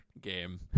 game